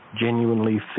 genuinely